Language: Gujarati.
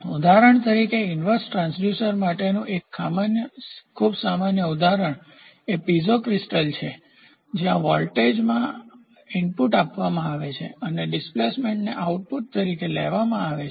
ઉદાહરણ તરીકે ઈન્વર્સ ટ્રાન્સડ્યુસર માટેનું એક ખૂબ સામાન્ય ઉદાહરણ એ પીઝો ક્રિસ્ટલ છે જ્યાં વોલ્ટેજમાં ઇનપુટ આપવામાં આવે છે અને ડિસ્પ્લેસમેન્ટને આઉટપુટ તરીકે લેવામાં આવે છે